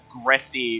aggressive